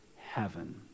heaven